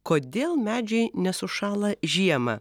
kodėl medžiai nesušąla žiemą